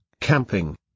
camping